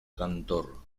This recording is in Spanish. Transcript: cantor